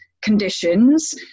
conditions